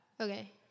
Okay